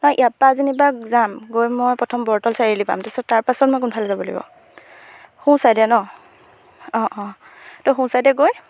নাই ইয়াৰপা যেনিবা যাম গৈ মই প্ৰথম বৰ্তল চাৰিআলি পাম তাৰপিছত তাৰপাছত মই কোনফালে যাব লাগিব সোঁ ছাইডে ন অঁ অঁ তো সোঁ ছাইডে গৈ